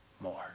more